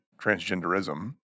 transgenderism